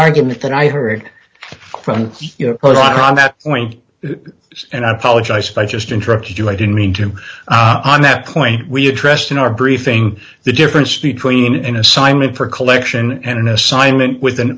argument that i heard from you know a lot on that point and i apologize if i just interrupt you i didn't mean to go on that point we addressed in our briefing the difference between an assignment for collection and an assignment with an